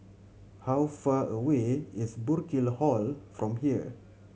how far away is Burkill Hall from here